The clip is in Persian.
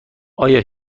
آیا